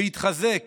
והתחזק